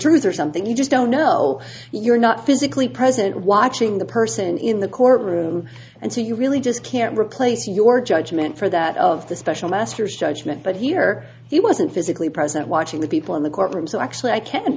truth or something you just don't know you're not physically present watching the person in the courtroom and so you really just can't replace your judgment for that of the special masters judgment but here he wasn't physically present watching the people in the courtroom so actually i can